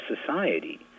society